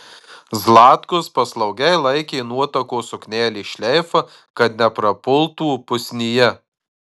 zlatkus paslaugiai laikė nuotakos suknelės šleifą kad neprapultų pusnyje